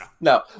No